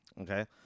Okay